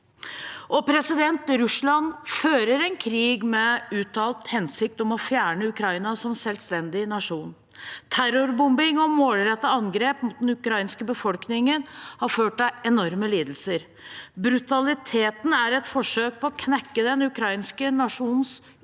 i Ukraina. Russland fører en krig med en uttalt hensikt om å fjerne Ukraina som selvstendig nasjon. Terrorbombing og målrettede angrep mot den ukrainske befolkningen har ført til enorme lidelser. Brutaliteten er et forsøk på å knekke den ukrainske nasjonens utholdenhet,